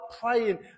praying